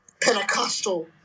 Pentecostal